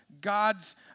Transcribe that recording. God's